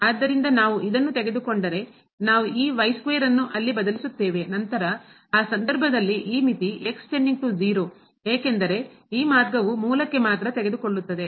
ಆದ್ದರಿಂದ ನಾವು ಇದನ್ನು ತೆಗೆದುಕೊಂಡರೆ ನಾವು ಈ ಅಲ್ಲಿ ಬದಲಿಸುತ್ತೇವೆ ನಂತರ ಆ ಸಂದರ್ಭದಲ್ಲಿ ಈ ಮಿತಿ ಏಕೆಂದರೆ ಈ ಮಾರ್ಗವು ಮೂಲಕ್ಕೆ ಮಾತ್ರ ತೆಗೆದುಕೊಳ್ಳುತ್ತದೆ